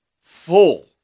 full